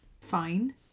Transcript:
fine